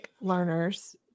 learners